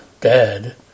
dead